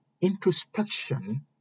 introspection